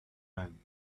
man